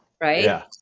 Right